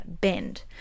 bend